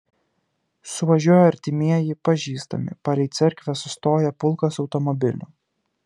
suvažiuoja artimieji pažįstami palei cerkvę sustoja pulkas automobilių